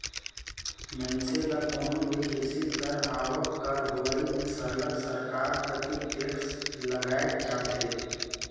मइनसे ल कोनो भी किसिम कर आवक कर होवई में सरलग सरकार कती टेक्स लगाएच जाथे